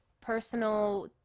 personal